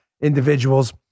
individuals